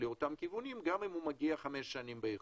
כיוונים גם אם הוא מגיע חמש שנים באיחור.